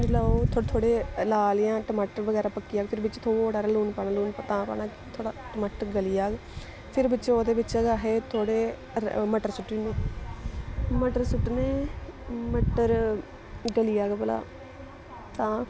लैओ थोह्ड़े थोह्ड़े लाल जां टमाटर बगैरा पक्की जाह्ग फिर बिच्च थोह्ड़ा हारा लून पाना लून तां पाना कि थोह्ड़ा टमाटर गली जाह्ग फिर बिच्च ओह्दे बिच्च गै अहें थोह्ड़े मटर सुट्टी ओड़ने मटर सुट्टने मटर गली जाह्ग भला तां